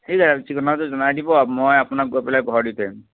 ঠিক আছে ঠিকনাটো জনাই দিব মই আপোনাক গৈ পেলাই ঘৰত দি থৈ আহিম